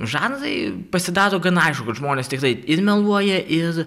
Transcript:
žanrai pasidaro gana aišku kad žmonės tikrai ir meluoja ir